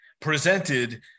presented